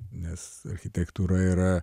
nes architektūra yra